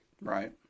Right